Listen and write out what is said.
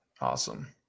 Awesome